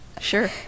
sure